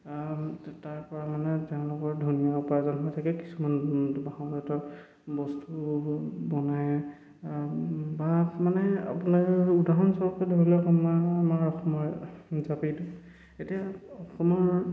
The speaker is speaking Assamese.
তাৰপৰা মানে তেওঁলোকৰ ধুনীয়া উপাৰ্জন হৈ থাকে কিছুমান বাঁহ বেতৰ বস্তু বনাই বা মানে আপোনাৰ উদাহৰণস্বৰূপে ধৰি লওক আাৰ আমাৰ অসমৰ জাপিটো এতিয়া অসমৰ